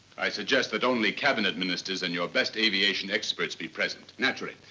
i suggest that only cabinet ministers and your best aviation experts be present. naturally.